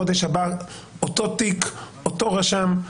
בחודש הבא אותו תיק, אותו רשם,